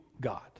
God